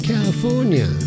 California